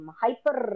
hyper